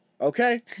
okay